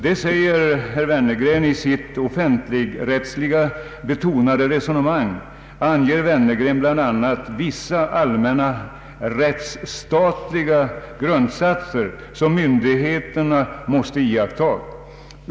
I sitt offentligrättsbetonade resonemang anger Wennergren bl.a. vissa allmänna rättsstatliga grundsatser som myndigheterna måste iaktta.